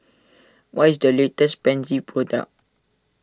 what is the latest Pansy product